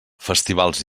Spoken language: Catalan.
festivals